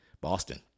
Boston